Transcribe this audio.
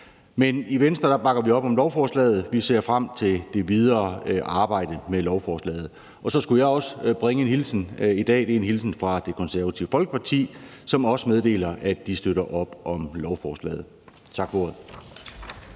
Men i Venstre bakker vi op om lovforslaget. Vi ser frem til det videre arbejde med lovforslaget. Og så skulle jeg bringe en hilsen i dag fra Det Konservative Folkeparti, som meddeler, at de også støtter op om lovforslaget. Tak for ordet.